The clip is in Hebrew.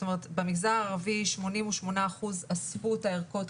שבמגזר הערבי 88% אספו את הערכות,